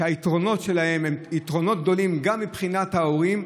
והיתרונות שלהם הם יתרונות גדולים גם מבחינת ההורים,